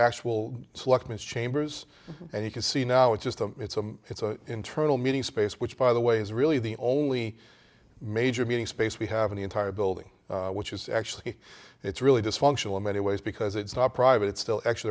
slackness chambers and you can see now it's just a it's a it's an internal meeting space which by the way is really the only major meeting space we have an entire building which is actually it's really dysfunctional in many ways because it's not private it's still actually